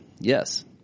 Yes